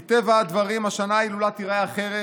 מטבע הדברים, השנה ההילולה תיראה אחרת.